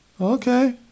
Okay